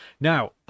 now